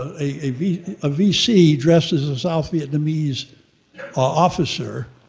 ah a vc a vc dressed as a south vietnamese officer